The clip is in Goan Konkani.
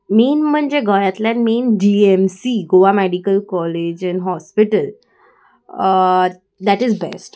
मेन म्हणजे गोंयातल्यान main G M C Goa medical college and hospital that is best